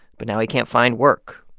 but now he can't find work,